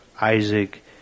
Isaac